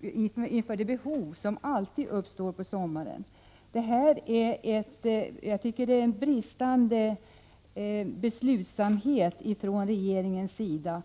med tanke på det behovsom 22 maj 1987 alltid uppstår på sommaren. Detta visar på en bristande beslutsamhet från regeringens sida.